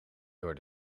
door